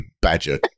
Badger